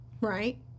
right